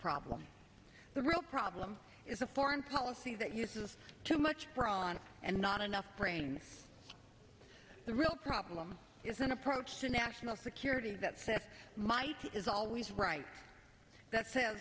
problem the real problem is a foreign policy that uses too much brawn and not enough brains the real problem is an approach to national security that said might is always right that s